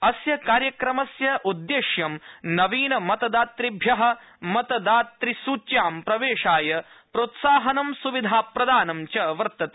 अस्य कार्यक्रमस्य उद्देश्य नवीन मतदातृभ्य मतदाता सूच्यां प्रवेशाय प्रोत्साहनं सुविधा प्रदानम् च वर्तते